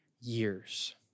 years